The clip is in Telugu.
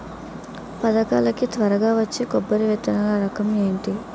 పథకాల కి త్వరగా వచ్చే కొబ్బరి విత్తనాలు రకం ఏంటి?